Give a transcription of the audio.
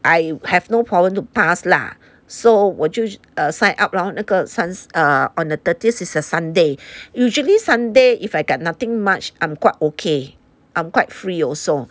I have no problem to pass lah so 我就 err sign up lor 那个 on the thirtieth is a sunday usually sunday if I got nothing much I'm quite okay I'm quite free also